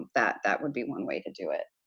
that that would be one way to do it.